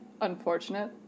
unfortunate